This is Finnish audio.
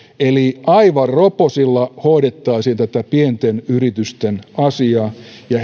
eli aivan roposilla hoidettaisiin tätä pienten yritysten asiaa ja